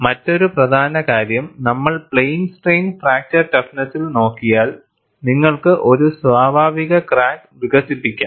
മറ്റൊരു പ്രധാന കാര്യം നമ്മൾ പ്ലെയിൻ സ്ട്രെയിൻ ഫ്രാക്ചർ ടഫ്നെസ്സിൽ നോക്കിയാൽ നിങ്ങൾക്ക് ഒരു സ്വാഭാവിക ക്രാക്ക് വികസിപ്പിക്കാം